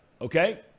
okay